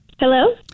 Hello